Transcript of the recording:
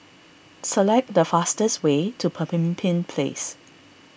select the fastest way to Pemimpin Place